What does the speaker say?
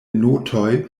notoj